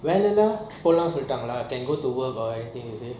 எல்லாம் போலாம் சொல்லிட்டாங்களா:ellam polam solitangala can go to work or anything is it